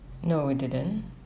no it didn't